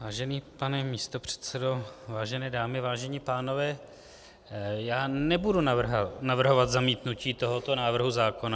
Vážený pane místopředsedo, vážené dámy, vážení pánové, já nebudu navrhovat zamítnutí tohoto návrhu zákona.